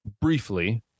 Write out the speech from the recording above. briefly